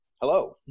hello